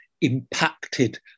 impacted